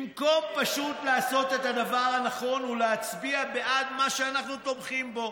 במקום פשוט לעשות את הדבר הנכון ולהצביע בעד מה שאנחנו תומכים בו.